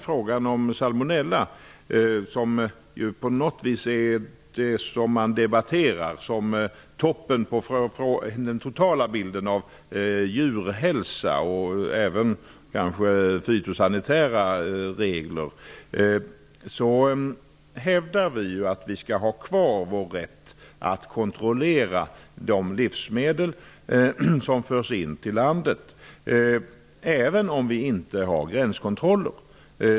Frågan om salmonella är den som debatteras mest när det gäller den totala bilden av djurhälsan och kanske även de fytosanitära reglerna. Vi hävdar att vi skall ha kvar vår rätt att kontrollera de livsmedel som förs in i landet, även om vi inte har gränskontroller.